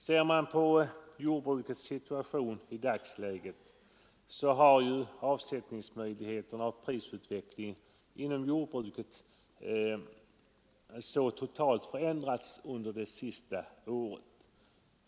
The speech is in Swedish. Ser vi på jordbrukets situation i dagsläget, finner vi att avsättningsmöjligheterna och prisutvecklingen inom jordbruket totalt förändrats under de senaste åren.